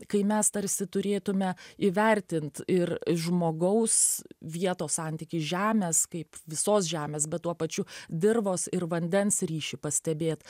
kai mes tarsi turėtume įvertint ir žmogaus vietos santykį žemės kaip visos žemės bet tuo pačiu dirvos ir vandens ryšį pastebėt